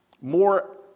more